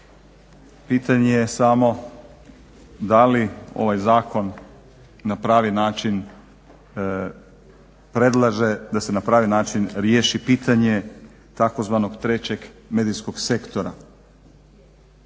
Pitanje je samo da li ovaj zakon na pravi način predlaže da se na pravi način riješi pitanje tzv. trećeg medijskog sektora.